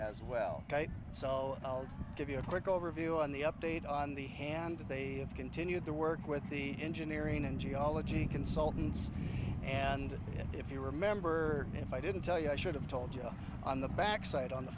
as well sell i'll give you a quick overview on the update on the hand that they have continued to work with the engineering and geology consultants and if you remember if i didn't tell you i should have told you on the backside on the